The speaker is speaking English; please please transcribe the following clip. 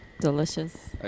delicious